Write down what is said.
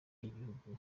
y’igihugu